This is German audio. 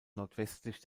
nordwestlich